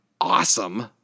awesome